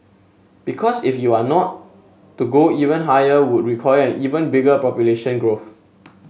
because if you are not to go even higher would require an even bigger population growth